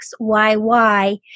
XYY